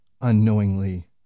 unknowingly